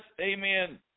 amen